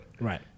Right